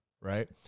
right